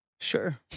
Sure